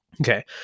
Okay